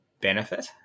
benefit